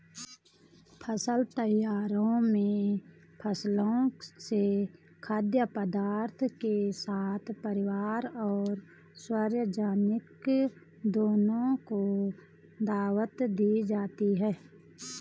फसल त्योहारों में फसलों से खाद्य पदार्थों के साथ परिवार और सार्वजनिक दोनों को दावत दी जाती है